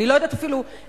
אני לא יכולה אפילו לשער,